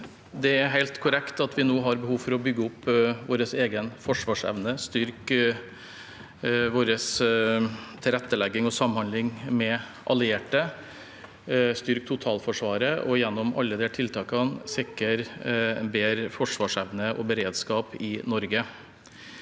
Det er helt korrekt at vi nå har behov for å bygge opp vår egen forsvarsevne, styrke vår tilrettelegging og samhandling med allierte, styrke totalforsvaret og gjennom alle disse tiltakene sikre en bedre forsvarsevne og beredskap i Norge.